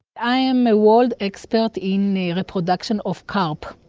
i am a world expert in the reproduction of carp,